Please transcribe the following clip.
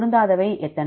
பொருந்தாதவை எத்தனை